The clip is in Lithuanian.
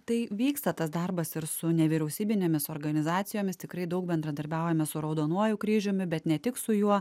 tai vyksta tas darbas ir su nevyriausybinėmis organizacijomis tikrai daug bendradarbiaujame su raudonuoju kryžiumi bet ne tik su juo